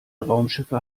raumschiffe